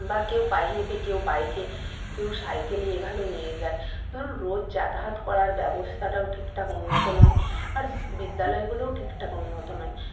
বা কেউ পায়ে হেঁটে কেউ বাইকে কেউ সাইকেলে এভাবে নিয়ে যায় ধরুন রোজ যাতাহাত করার ব্যবস্থাটাও ঠিকঠাক উন্নত নয় আর বিদ্যালয়গুলোও ঠিকঠাক উন্নত নয়